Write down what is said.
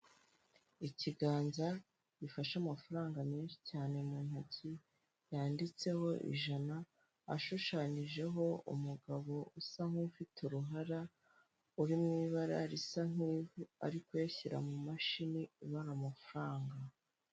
Ikiganza gifashe amafaranga menshi cyane mu ntoki yanditseho ijana, ashushanyijeho umugabo usa nkufite uruhara, uri mu ibara risa nkivu ari kuyashyira mu mashini ibara amafaranga.